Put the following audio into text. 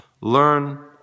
learn